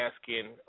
asking